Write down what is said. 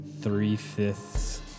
three-fifths